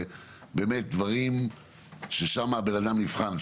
באמת דברים ששם הבן אדם נבחן.